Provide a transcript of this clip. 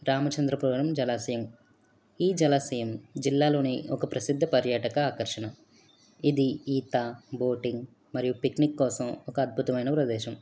రామచంద్రపురం జలాశయం ఈ జలాశయం జిల్లాలోని ఒక ప్రసిద్ధ పర్యటక ఆకర్షణ ఇది ఈత బోటింగ్ మరియు పిక్నిక్ కోసం ఒక అద్భుతమైన ప్రదేశం